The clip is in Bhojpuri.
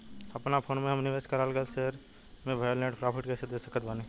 अपना फोन मे हम निवेश कराल गएल शेयर मे भएल नेट प्रॉफ़िट कइसे देख सकत बानी?